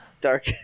dark